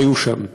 שהיו שם.